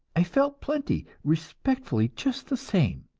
i felt plenty respectfully just the same.